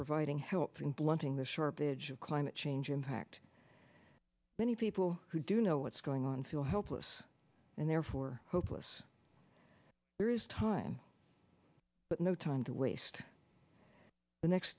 providing help in blunting the shortage of climate change impact the people who do know what's going on feel helpless and therefore hopeless there is time but no time to waste the next